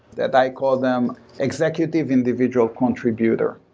that i call them executive individual contributor.